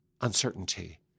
uncertainty